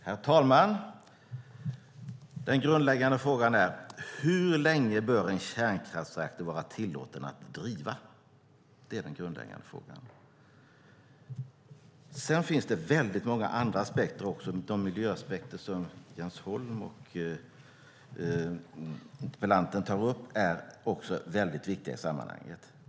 Herr talman! Den grundläggande frågan är: Hur länge bör en kärnkraftsreaktor vara tillåten att driva? Det finns väldigt många andra aspekter. De miljöaspekter som Jens Holm och interpellanten tar upp är också väldigt viktiga i sammanhanget.